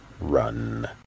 run